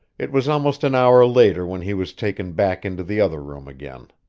it was almost an hour later when he was taken back into the other room again.